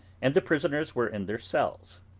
and the prisoners were in their cells.